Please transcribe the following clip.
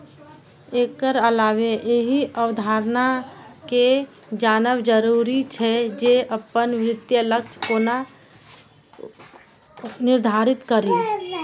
एकर अलावे एहि अवधारणा कें जानब जरूरी छै, जे अपन वित्तीय लक्ष्य कोना निर्धारित करी